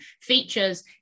features